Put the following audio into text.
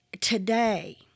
today